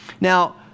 Now